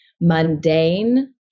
mundane